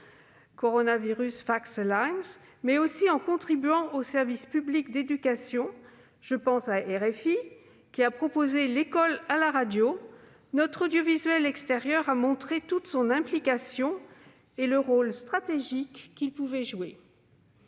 mais aussi en contribuant au service public d'éducation- je pense à Radio France internationale (RFI), qui a proposé « L'école à la radio » -notre audiovisuel extérieur a montré toute son implication et le rôle stratégique qu'il pouvait jouer.